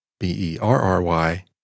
B-E-R-R-Y